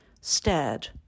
stared